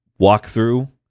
walkthrough